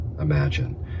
imagine